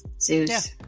zeus